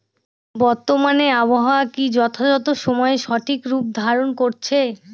বর্তমানে আবহাওয়া কি যথাযথ সময়ে সঠিক রূপ ধারণ করছে?